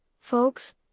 folks